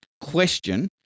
question